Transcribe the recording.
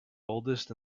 oldest